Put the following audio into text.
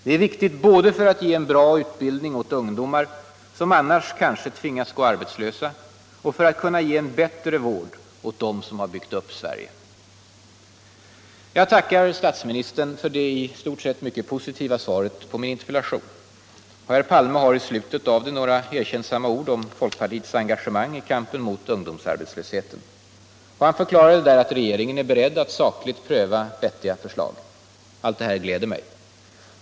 Det är viktigt både för att ge en bra utbildning åt ungdomar, som annars kanske går arbetslösa, och för att kunna ge en bättre vård åt dem som har byggt upp Sverige. Jag tackar statsministern för det i stort sett mycket positiva svaret på min interpellation. Herr Palme har i slutet av det några erkännsamma ord om folkpartiets engagemang i kampen mot ungdomsarbetslösheten. Han förklarar där att regeringen är beredd att sakligt pröva vettiga förslag. Allt det här gläder mig.